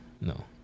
No